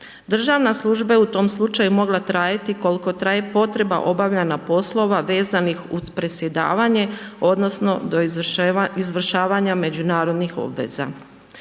Državna služba je u tom slučaju mogla trajati koliko traje potreba obavljanja poslova vezanih uz predsjedavanje odnosno do izvršavanja međunarodnih obveza.